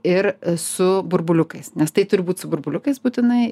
ir su burbuliukais nes tai turi būt su burbuliukais būtinai